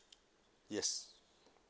yes